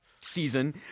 Season